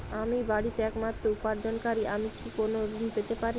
আমি বাড়িতে একমাত্র উপার্জনকারী আমি কি কোনো ঋণ পেতে পারি?